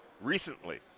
recently